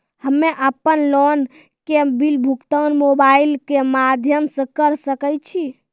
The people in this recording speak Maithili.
हम्मे अपन लोन के बिल भुगतान मोबाइल के माध्यम से करऽ सके छी?